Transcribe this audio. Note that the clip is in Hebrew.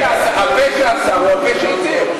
הפה שאסר הוא הפה שהתיר.